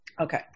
Okay